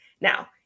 Now